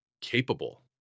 capable